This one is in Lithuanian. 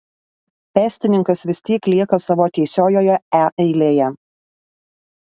pėstininkas vis tiek lieka savo tiesiojoje e eilėje